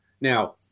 Now